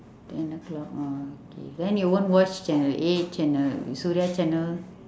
ten o'clock oh okay then you won't watch channel eight channel suria channel